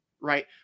right